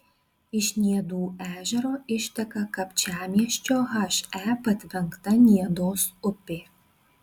iš niedų ežero išteka kapčiamiesčio he patvenkta niedos upė